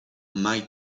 mai